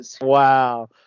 Wow